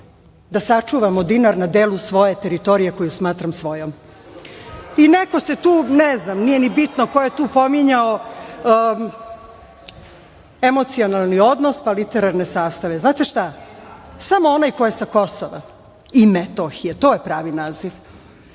da sačuvamo dinar na delu svoje teritorije koju smatram svojom. Neko je tu, ne znam, nije ni bitno koje tu pominjao emocionalni odnos, pa literalne sastave. Znate šta? Samo onaj ko je sa Kosova i Metohije, to je pravi naziv,